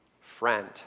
friend